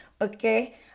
Okay